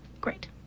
great